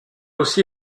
aussi